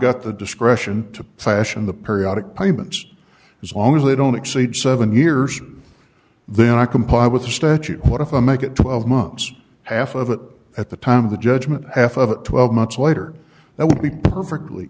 got the discretion to fashion the periodic payments as long as they don't exceed seven years then i comply with the statute what if i make it twelve months half of it at the time of the judgment half of twelve months later that would be perfectly